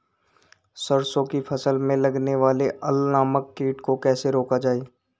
सरसों की फसल में लगने वाले अल नामक कीट को कैसे रोका जाए?